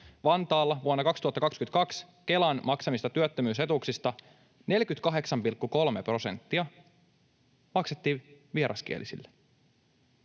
Vantaalla, vuonna 2022 Kelan maksamista työttömyysetuuksista 48,3 prosenttia maksettiin vieraskielisille